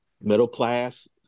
middle-class